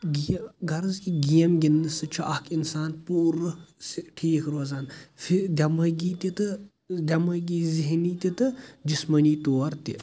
گیہ غرض کہِ گیم گنٛدنہٕ سۭتۍ چھُ اکھ انسان پوٗرٕ ٹھیٖک روزان فیہ دٮ۪مٲغی تہِ تہٕ دٮ۪مٲغی ذہنی تہِ تہٕ جسمٲنی طور تہِ